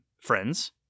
friends